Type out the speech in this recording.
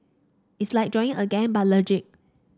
it's like joining a gang but legit